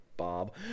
Bob